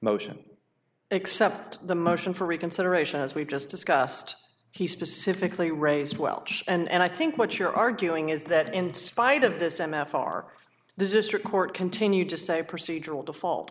motion except the motion for reconsideration as we've just discussed he specifically raised welsh and i think what you're arguing is that in spite of this m f r this report continued to say procedural default